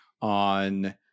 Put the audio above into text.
On